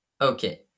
Okay